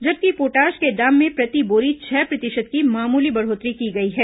जबकि पोटाश के दाम में प्रति बोरी छह प्रतिशत की मामूली बढ़ोतरी की गई है